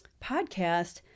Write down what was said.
podcast